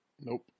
Nope